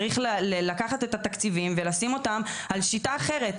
צריך לקחת את התקציבים ולשים אותם על שיטה אחרת.